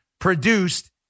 produced